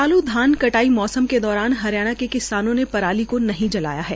चाल् धान कटाई मौसम के दौरान हरियाणा के किसानों ने पराली को नहीं जलाया है